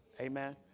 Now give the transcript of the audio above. Amen